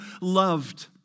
loved